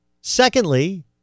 Secondly